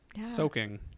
soaking